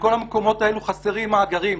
בכל המקומות האלה חסרים מאגרים.